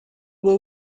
will